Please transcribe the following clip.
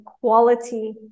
quality